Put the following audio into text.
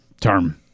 term